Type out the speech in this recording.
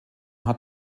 hat